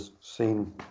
seen